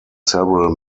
several